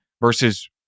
Versus